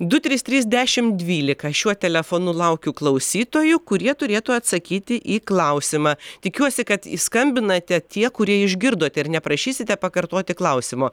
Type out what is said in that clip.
du trys trys dešim dvylika šiuo telefonu laukiu klausytojų kurie turėtų atsakyti į klausimą tikiuosi kad skambinate tie kurie išgirdote ir neprašysite pakartoti klausimo